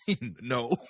No